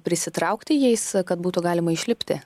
prisitraukti jais kad būtų galima išlipti